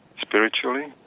spiritually